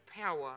power